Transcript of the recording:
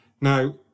Now